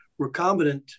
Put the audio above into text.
recombinant